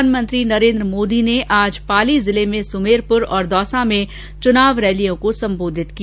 प्रधानमंत्री नरेन्द्र मोदी ने आज पाली जिले में सुमेरपुर और दौसा में चुनाव रैलियों को संबोधित किया